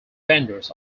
vendors